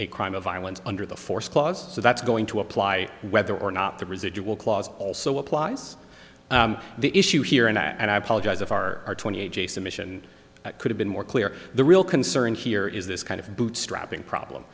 a crime of violence under the force clause so that's going to apply whether or not the residual clause also applies the issue here and i apologize if r r twenty eight jason mission could've been more clear the real concern here is this kind of bootstrapping problem